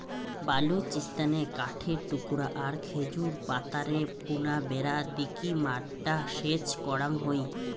বালুচিস্তানে কাঠের টুকরা আর খেজুর পাতারে বুনা বেড়া দিকি মাড্ডা সেচ করাং হই